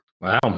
Wow